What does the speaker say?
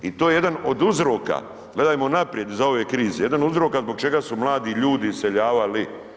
I to je jedan od uzroka, gledajmo naprijed iz ove krize, jedan od uzroka zbog čega su mladi ljudi iseljavali.